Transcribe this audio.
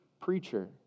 preacher